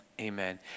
amen